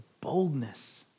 boldness